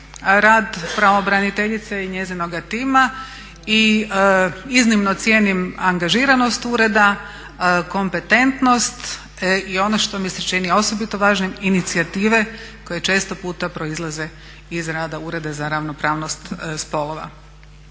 rad pravobraniteljice i njezinoga tima i iznimno cijenim angažiranost ureda, kompetentnost. I ono što mi se čini osobito važnim inicijative koje često puta proizlaze iz rada Ureda za ravnopravnost spolova.